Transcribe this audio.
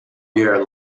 year